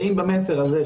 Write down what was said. ואם במסר הזה,